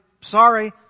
Sorry